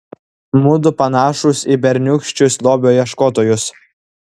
mudu panašūs į berniūkščius lobio ieškotojus